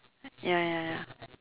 ya ya ya